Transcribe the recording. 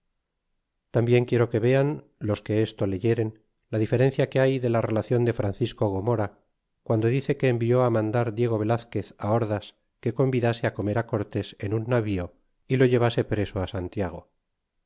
tambien quiero que vean los que esto leyeren la diferencia que hay de la relacion de francisco gomora guando dice que envió mandar diego velazquez ordas que convidase a comer cortés en un navío y lo llevase preso santiago